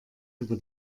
über